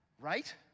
Right